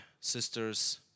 sisters